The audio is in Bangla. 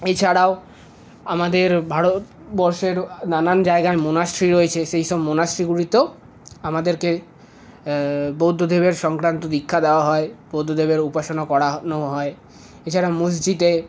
এছাড়াও আমাদের ভারতবর্ষের নানান জায়গায় মোনাস্ট্রি রয়েছে সেই সব মোনাস্ট্রিগুলিতেও আমাদেরকে বৌদ্ধদেবের সংক্রান্ত দীক্ষা দেওয়া হয় বৌদ্ধদেবের উপাসনা করানো হয় এছাড়া মসজিদে